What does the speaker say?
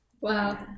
Wow